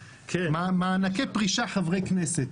מענקי פרישה חברי כנסת.